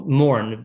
mourn